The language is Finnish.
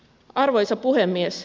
arvoisa puhemies